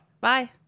Bye